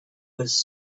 was